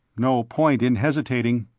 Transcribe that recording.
no point in hesitating.